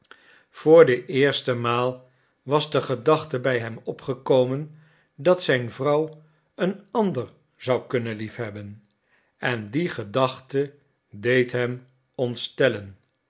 voor de eerste maal was de gedachte bij hem opgekomen dat zijn vrouw een ander zou kunnen liefhebben en die gedachte deed hem ontstellen